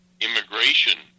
immigration